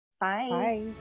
Bye